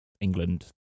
England